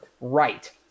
right